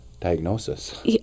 diagnosis